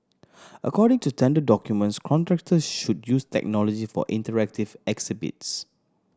according to tender documents contractor should use technology for interactive exhibits